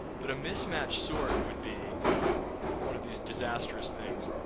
but a mismatched sort would be one of these disastrous things.